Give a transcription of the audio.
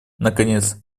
наконец